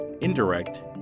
indirect